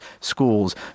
schools